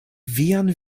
vian